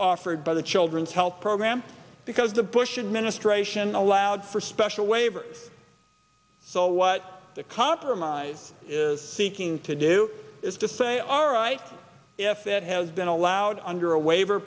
offered by the children's health program because the bush administration allowed for special waiver so what the compromise is seeking to do is to say all right if it has been allowed under a waiver